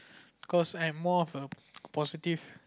cause I'm more of a positive